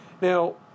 Now